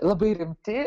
labai rimti